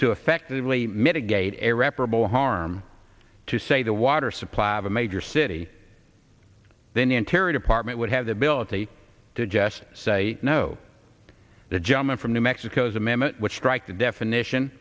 to effectively mitigate a reparable harm to say the water supply of a major city then the interior department would have the ability to just say no the gentleman from new mexico's amendment would strike the definition